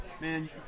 man